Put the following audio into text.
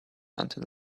until